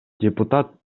депутат